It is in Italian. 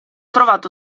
trovato